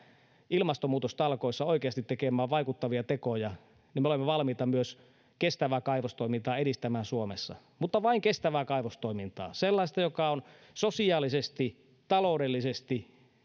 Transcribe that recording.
ilmastonmuutostalkoissa oikeasti tekemään vaikuttavia tekoja niin me olemme valmiita myös kestävää kaivostoimintaa edistämään suomessa mutta vain kestävää kaivostoimintaa sellaista joka on sosiaalisesti taloudellisesti